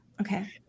Okay